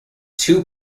two